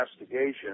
investigation